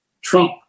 Trump